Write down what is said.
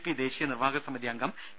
P ദേശീയ നിർവാഹകസമിതിയംഗം P